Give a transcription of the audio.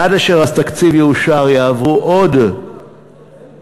ועד אשר התקציב יאושר יעברו עוד חודשיים,